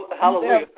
Hallelujah